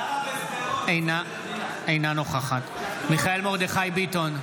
אינה נוכחת מיכאל מרדכי ביטון,